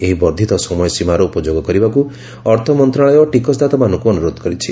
ଏହି ବର୍ଦ୍ଧିତ ସମୟସୀମାର ଉପଯୋଗ କରିବାକୁ ଅର୍ଥମନ୍ତ୍ରଣାଳୟ ଟିକସଦାତାମାନଙ୍କୁ ଅନୁରୋଧ କରିଛି